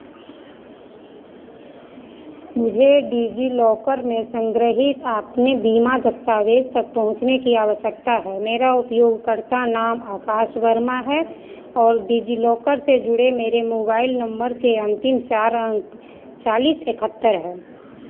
मुझे डिजिलॉकर में संग्रहीत अपने बीमा दस्तावेज़ तक पहुँचने की आवश्यकता है मेरा उपयोगकर्ता नाम आकाश वर्मा है और डिजिलॉकर से जुड़े मेरे मोबाइल नंबर के अंतिम चार अंक चालीस एकहत्तर हैं